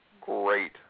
great